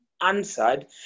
answered